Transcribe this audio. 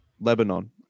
Lebanon